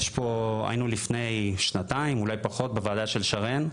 היינו לפני שנתיים אולי פחות בוועדה של שרן,